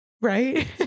Right